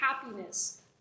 happiness